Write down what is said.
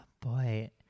boy